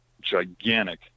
gigantic